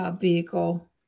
vehicle